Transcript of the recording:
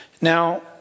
Now